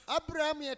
Abraham